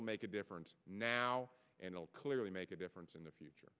will make a difference now and will clearly make a difference in the future